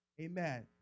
Amen